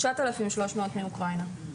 9,300 מאוקראינה.